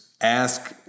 ask